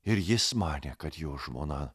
ir jis manė kad jo žmona